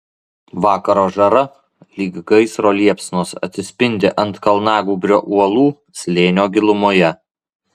vakaro žara lyg gaisro liepsnos atsispindi ant kalnagūbrio uolų slėnio gilumoje